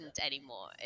anymore